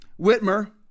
Whitmer